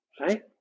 Right